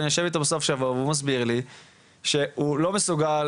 אני יושב איתו בסוף השבוע והוא מסביר לי שהוא לא מסוגל,